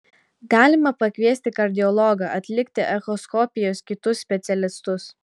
galima pakviesti kardiologą atlikti echoskopijos kitus specialistus